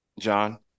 John